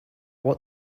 what